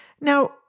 Now